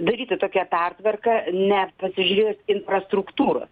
daryti tokią pertvarką nepasižiūrėjus infrastruktūros